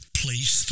place